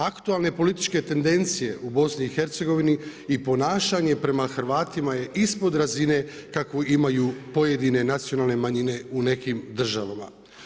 Aktualne političke tendencije, u BIH i ponašanje prema Hrvatima je ispod razine kakvu imaju pojedine nacionalne manjine u nekim državama.